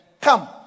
Come